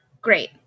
great